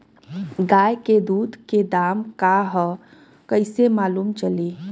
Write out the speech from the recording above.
गाय के दूध के दाम का ह कइसे मालूम चली?